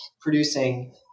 producing